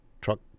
truck